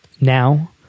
Now